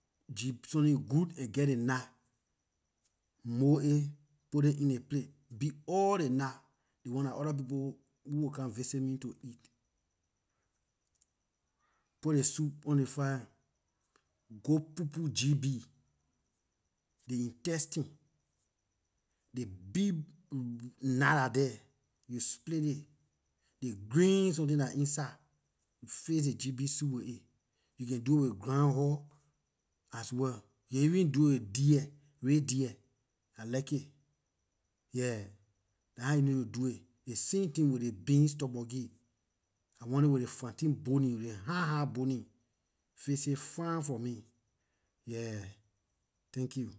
Gb something good and get ley knot mold it put it in ley plate beat all ley knot dey one dah other people who will come visit me to eat. Put ley soup on ley fire, goat- pupu gb, dey intestine ley big knot dah there you split it ley green something dah inside you fix ley gb soup with it, you can do it with groundhog as well, you can even do it with deer, red deer I like it, yeah, dah how you need to do it. The same thing with the beans turborgee I want it with ley fanti bonnie ley hard hard bonnie fix it fine for me, yeah thank you.